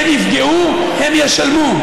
הם יפגעו, הם ישלמו.